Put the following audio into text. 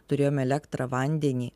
turėjom elektrą vandenį